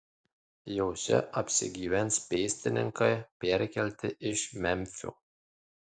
jose apsigyvens pėstininkai perkelti iš memfio